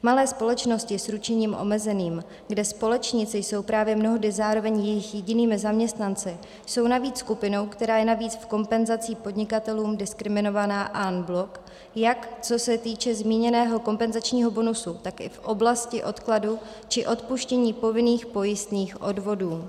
Malé společnosti s ručením omezeným, kde společníci jsou právě mnohdy zároveň jejich jedinými zaměstnanci, jsou navíc skupinou, která je v kompenzaci podnikatelům diskriminovaná en bloc, jak co se týče zmíněného kompenzačního bonusu, tak i v oblasti odkladu či odpuštění povinných pojistných odvodů.